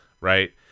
right